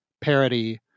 parody